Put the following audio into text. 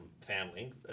family